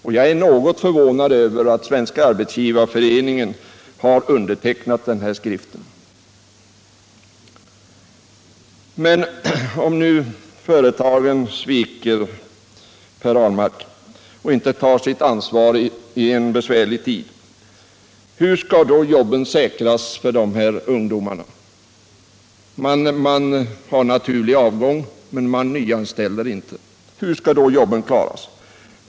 Och jag är något förvånad över att Svenska arbetsgivareföreningen har undertecknat den här skriften. Men om nu företagen sviker, Per Ahlmark, och inte tar sitt ansvar i en besvärlig tid, hur skall då jobben säkras för ungdomarna? Man tilllämpar naturlig avgång men nyanställer ingen. Hur skall då jobben klaras?